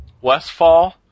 Westfall